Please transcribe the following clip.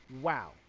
Wow